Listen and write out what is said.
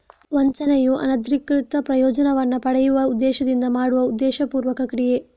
ವಂಚನೆಯು ಅನಧಿಕೃತ ಪ್ರಯೋಜನವನ್ನ ಪಡೆಯುವ ಉದ್ದೇಶದಿಂದ ಮಾಡುವ ಉದ್ದೇಶಪೂರ್ವಕ ಕ್ರಿಯೆ